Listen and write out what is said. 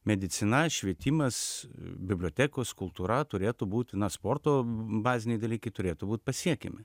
medicina švietimas bibliotekos kultūra turėtų būti na sporto baziniai dalykai turėtų būt pasiekiami